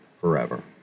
forever